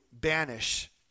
banish